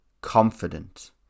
confident